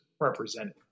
represented